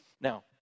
Now